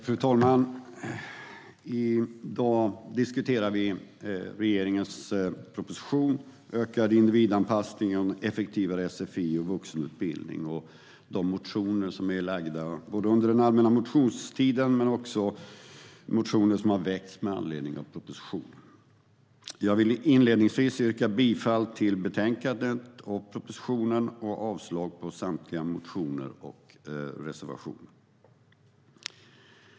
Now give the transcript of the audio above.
Fru talman! I dag diskuterar vi regeringens proposition Ökad individanpassning - en effektivare sfi och vuxenutbildning och de motioner som har väckts både under den allmänna motionstiden och med anledning av propositionen. Jag yrkar inledningsvis bifall till förslaget i betänkandet och propositionen och avslag på samtliga motioner och reservationer.